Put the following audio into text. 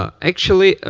ah actually,